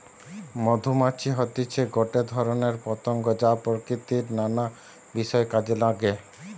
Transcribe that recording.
মধুমাছি হতিছে গটে ধরণের পতঙ্গ যা প্রকৃতির নানা বিষয় কাজে নাগে